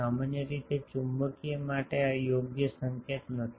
સામાન્ય રીતે ચુંબકીય માટે આ યોગ્ય સંકેત નથી